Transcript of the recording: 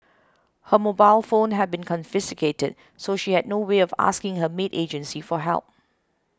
her mobile phone had been confiscated so she had no way of asking her maid agency for help